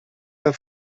der